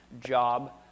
job